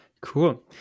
Cool